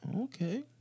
Okay